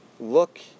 Look